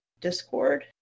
discord